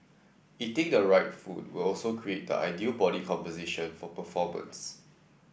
eating the right food will also create the ideal body composition for performance